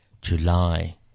July